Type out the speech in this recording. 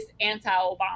anti-Obama